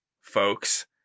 folks